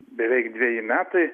beveik dveji metai